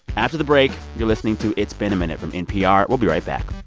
after the break you're listening to it's been a minute from npr. we'll be right back